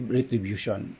retribution